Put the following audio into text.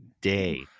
day